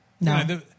No